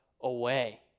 away